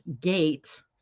gate